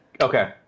Okay